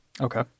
Okay